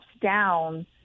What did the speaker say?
down